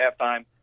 halftime